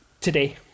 Today